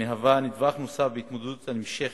חבר הכנסת חמד עמאר,